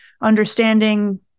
understanding